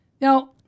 Now